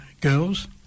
girls